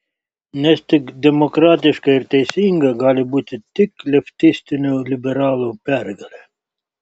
nes juk demokratiška ir teisinga gali būti tik leftistinių liberalų pergalė